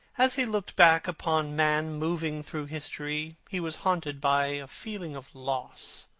as he looked back upon man moving through history, he was haunted by a feeling of loss.